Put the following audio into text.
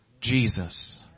Jesus